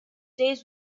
days